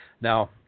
now